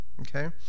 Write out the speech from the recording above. Okay